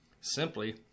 Simply